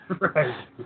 Right